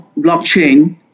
blockchain